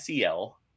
SEL